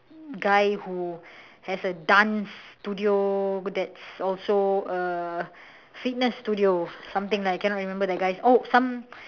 guy who has a dance studio that's also uh fitness studio something I cannot remember that guy's oh some